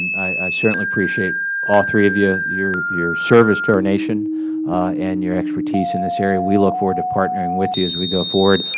i certainly appreciate all three of you, your your service to our nation and your expertise in this area. we look forward to partnering with you as we go forward.